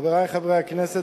חברי חברי הכנסת,